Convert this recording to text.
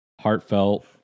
heartfelt